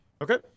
okay